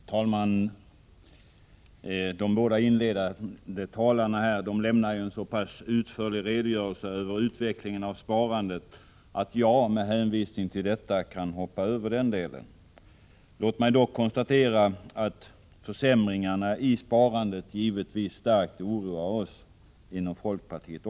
Herr talman! De båda inledande talarna i denna debatt lämnade en så pass utförlig redogörelse över utvecklingen av sparandet, att jag med hänvisning till detta kan hoppa över den delen. Låt mig ändå konstatera att försämringarna i sparandet givetvis starkt oroar oss inom folkpartiet.